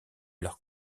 leurs